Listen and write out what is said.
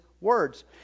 words